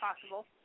possible